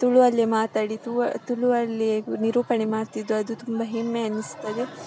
ತುಳು ಅಲ್ಲೆ ಮಾತಾಡಿ ತುಳುವಲ್ಲಿಯೆ ನಿರೂಪಣೆ ಮಾಡ್ತಿದ್ದರು ಅದು ತುಂಬ ಹೆಮ್ಮೆ ಅನಿಸ್ತದೆ